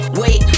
wait